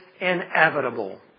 inevitable